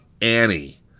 Annie